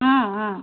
অঁ